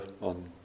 on